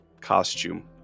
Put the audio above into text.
costume